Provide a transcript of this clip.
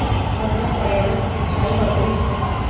बदलत पर्यावरण से सिंचाई प्रभावित होता